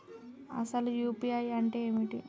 అసలు యూ.పీ.ఐ అంటే ఏమిటి?